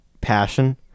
passion